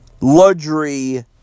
luxury